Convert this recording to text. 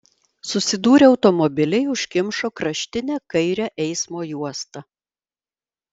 susidūrę automobiliai užkimšo kraštinę kairę eismo juostą